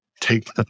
take